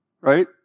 right